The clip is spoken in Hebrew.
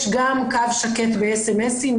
יש גם קו שקט ואס.אמ.אסים,